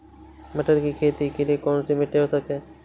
मटर की खेती के लिए कौन सी मिट्टी आवश्यक है?